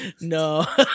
no